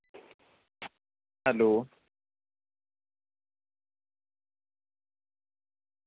hello